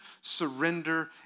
surrender